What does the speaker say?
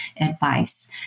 advice